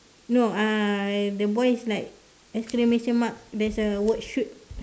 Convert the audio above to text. no uh the boy is like exclamation mark there's a word shoot